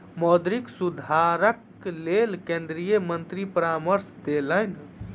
मौद्रिक सुधारक लेल केंद्रीय मंत्री परामर्श लेलैन